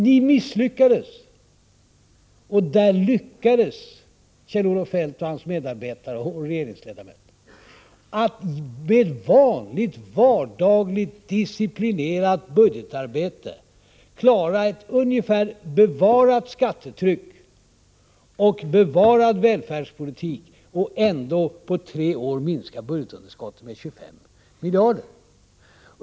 Ni misslyckades, men Kjell-Olof Feldt och hans medarbetare och regering ens ledamöter lyckades med vanligt vardagligt disciplinerat budgetarbete klara att med ungefär bevarat skattetryck och bevarad välfärdspolitik ändå på tre år minska budgetunderskottet med 25 miljarder.